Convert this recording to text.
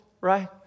right